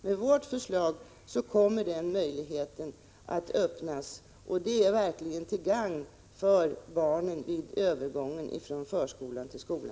Med vårt förslag kommer den möjligheten att öppnas, och det vore verkligen till gagn för barnen vid övergången från förskola till skola.